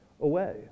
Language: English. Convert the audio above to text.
away